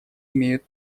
имеют